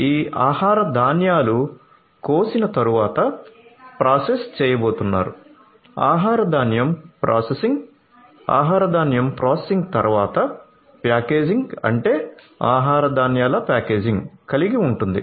ఈ ఆహార ధాన్యాలు కోసిన తరువాత ప్రాసెస్ చేయబోతున్నారు ఆహార ధాన్యం ప్రాసెసింగ్ ఆహార ధాన్యం ప్రాసెసింగ్ తరువాత ప్యాకేజింగ్ అంటే ఆహార ధాన్యాల ప్యాకేజింగ్ కలిగి ఉంటుంది